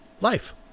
life